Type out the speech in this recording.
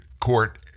Court